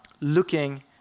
looking